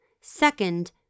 Second